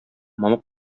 мамык